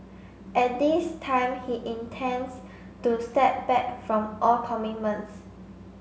at this time he intends to step back from all commitments